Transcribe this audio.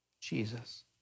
Jesus